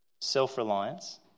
self-reliance